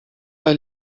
bei